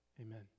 amen